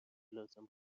لازم